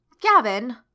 Gavin